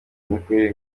imikorere